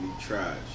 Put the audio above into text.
trash